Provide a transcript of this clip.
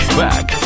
back